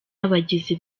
abagizi